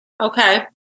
Okay